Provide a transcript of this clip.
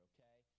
Okay